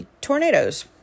tornadoes